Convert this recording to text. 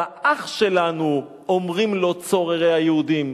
אתה אח שלנו, אומרים לו צוררי היהודים,